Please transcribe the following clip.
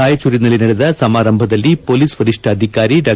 ರಾಯಚೂರಿನಲ್ಲಿ ನಡೆದ ಸಮಾರಂಭದಲ್ಲಿ ಪೊಲೀಸ್ ವರಿಷ್ಣಾಧಿಕಾರಿ ಡಾ